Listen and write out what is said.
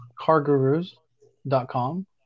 CarGurus.com